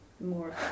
more